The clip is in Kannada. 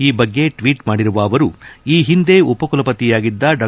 ಈ ಬಗ್ಗೆ ಟ್ನೀಟ್ ಮಾಡಿರುವ ಅವರು ಈ ಹಿಂದೆ ಉಪಕುಲಪತಿಯಾಗಿದ್ದ ಡಾ